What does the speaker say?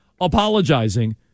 apologizing